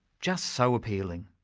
just so appealing?